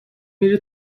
میره